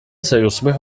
سيصبح